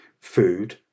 food